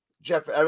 Jeff